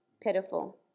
pitiful